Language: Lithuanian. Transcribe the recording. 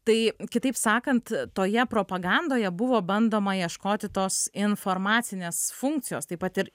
tai kitaip sakant toje propagandoje buvo bandoma ieškoti tos informacinės funkcijos taip pat ir